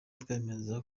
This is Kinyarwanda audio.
twemeza